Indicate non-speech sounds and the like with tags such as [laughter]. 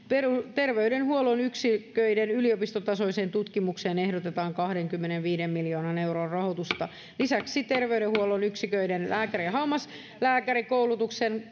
terveydenhuollon yksiköiden yliopistotasoiseen tutkimukseen ehdotetaan kahdenkymmenenviiden miljoonan euron rahoitusta lisäksi terveydenhuollon yksiköiden lääkäri ja hammaslääkärikoulutuksen [unintelligible]